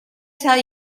tell